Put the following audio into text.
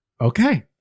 Okay